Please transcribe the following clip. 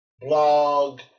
blog